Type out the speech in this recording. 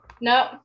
no